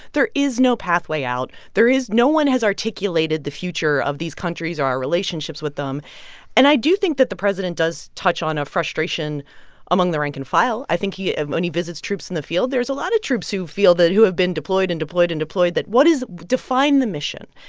there is no pathway out. there is no one has articulated the future of these countries or our relationships with them and i do think that the president does touch on a frustration among the rank and file. i think he when he visits troops in the field, there's a lot of troops who feel that who have been deployed and deployed and deployed that what is define the mission.